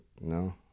no